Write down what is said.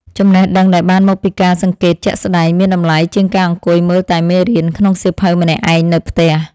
ចំណេះដឹងដែលបានមកពីការសង្កេតជាក់ស្តែងមានតម្លៃជាងការអង្គុយមើលតែមេរៀនក្នុងសៀវភៅម្នាក់ឯងនៅផ្ទះ។